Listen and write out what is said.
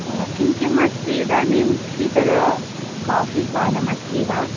किं किम् अस्ति इदानीं शीतलं काफि पानम् अस्ति वा